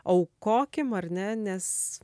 aukokim ar ne nes